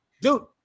dude